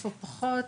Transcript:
איפה פחות,